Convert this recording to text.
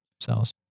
cells